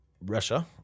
Russia